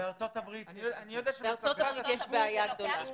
אני יודע שב --- בארצות הברית יש בעיה גדולה,